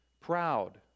proud